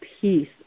peace